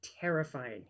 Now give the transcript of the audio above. terrifying